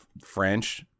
French